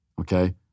okay